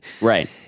Right